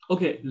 Okay